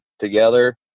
together